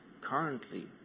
currently